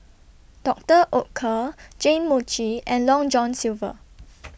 Doctor Oetker Jane Mochi and Long John Silver